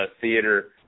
theater